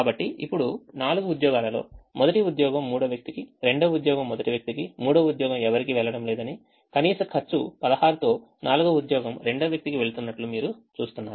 కాబట్టి ఇప్పుడు 4 ఉద్యోగాలలో మొదటి ఉద్యోగం మూడవ వ్యక్తికి రెండవ ఉద్యోగం మొదటి వ్యక్తికి మూడవ ఉద్యోగం ఎవరికీ వెళ్ళడం లేదని కనీస ఖర్చు 16 తో నాల్గవ ఉద్యోగం రెండవ వ్యక్తికి వెళుతున్నట్లు మీరు చూస్తున్నారు